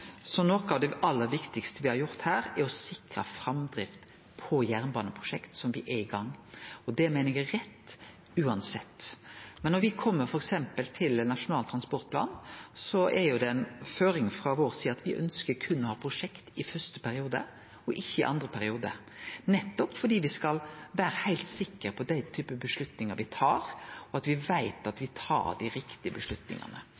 noko av det aller viktigaste me har gjort, å sikre framdrift på jernbaneprosjekt som er i gang, og det meiner eg er rett uansett. Men når me kjem f.eks. til Nasjonal transportplan, er det ei føring frå vår side at me ønskjer berre å ha prosjekt i første periode og ikkje i andre periode, nettopp fordi me skal vere heilt sikre på dei typar avgjerder me tar, og at me veit at